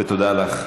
ותודה לך,